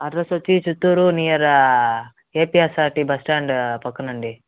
address వచ్చి చిత్తూరు నియారు APSRT bus stand పక్కన అండి